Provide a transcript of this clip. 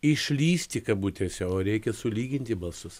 išlįsti kabutėse o reikia sulyginti balsus